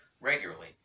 regularly